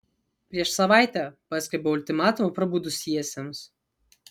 prieš savaitę paskelbiau ultimatumą prabudusiesiems